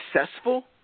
Successful